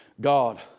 God